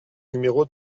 numéro